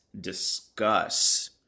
discuss